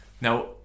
now